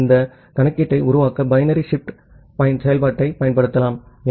ஆகவே இந்த கணக்கீட்டை உருவாக்க binary shift செயல்பாட்டைப் பயன்படுத்தலாம்